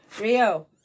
Rio